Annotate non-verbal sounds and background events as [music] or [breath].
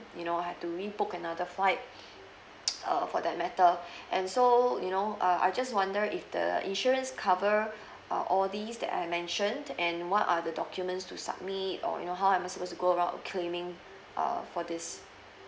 you know I have to rebook another flight [breath] [noise] uh for that matter and so you know uh I just wonder if the insurance cover uh all these that I mentioned and what are the documents to submit or you know how I'm supposed to go about claiming uh for this